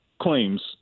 claims